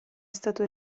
stato